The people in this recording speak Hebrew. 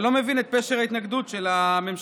אני לא מבין את פשר ההתנגדות של הממשלה.